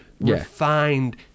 refined